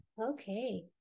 Okay